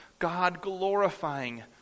God-glorifying